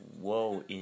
Whoa